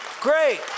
great